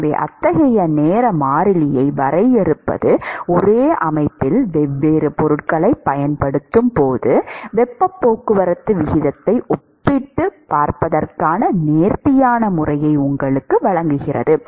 எனவே அத்தகைய நேர மாறிலியை வரையறுப்பது ஒரே அமைப்பில் வெவ்வேறு பொருட்களைப் பயன்படுத்தும் போது வெப்பப் போக்குவரத்து விகிதத்தை ஒப்பிட்டுப் பார்ப்பதற்கான நேர்த்தியான முறையை உங்களுக்கு வழங்குகிறது